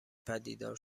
پدیدار